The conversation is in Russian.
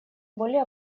более